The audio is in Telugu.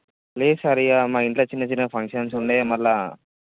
లేదు సార్ ఇక మా ఇంట్లో చిన్న చిన్న ఫంక్షన్స్ ఉండే మళ్ళా